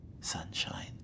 sunshine